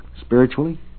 spiritually